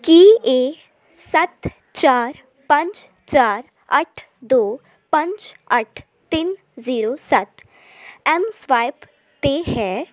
ਕੀ ਇਹ ਸੱਤ ਚਾਰ ਪੰਜ ਚਾਰ ਅੱਠ ਦੋ ਪੰਜ ਅੱਠ ਤਿੰਨ ਜੀਰੋ ਸੱਤ ਐੱਮਸਵਾਇਪ 'ਤੇ ਹੈ